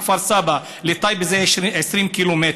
המרחק מכפר סבא לטייבה זה 20 קילומטר,